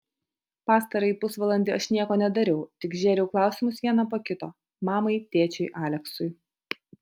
pastarąjį pusvalandį aš nieko nedariau tik žėriau klausimus vieną po kito mamai tėčiui aleksui